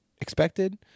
expected